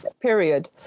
period